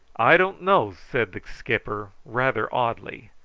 i don't know, said the skipper rather oddly.